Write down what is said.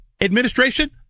administration